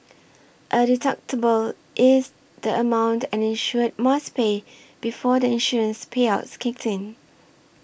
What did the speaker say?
a deductible is the amount an insured must pay before the insurance payout kicks in